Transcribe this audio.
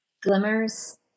Glimmers